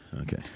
Okay